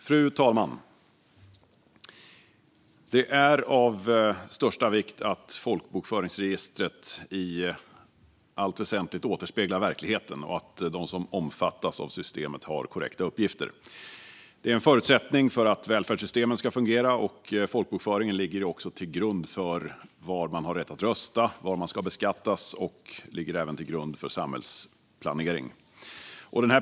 Fru talman! Det är av största vikt att folkbokföringsregistret i allt väsentligt återspeglar verkligheten och att de som omfattas av systemet har korrekta uppgifter. Det är en förutsättning för att välfärdssystemen ska fungera. Folkbokföringen ligger också till grund för var man har rätt att rösta, för var man ska beskattas och även för samhällsplanering.